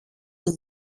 του